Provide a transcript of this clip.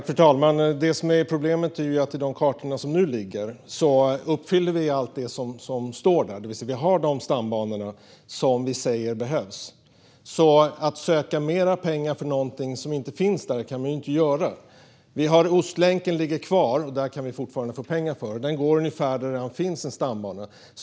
Fru talman! Problemet är att vi nu uppfyller allt som står när det gäller de kartor som nu finns. Vi har de stambanor som vi säger behövs. Man kan inte söka mer pengar för någonting som inte finns där. Ostlänken ligger kvar - den kan vi fortfarande få pengar för. Den går ungefär där det redan finns en stambana.